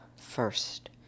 first